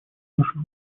наших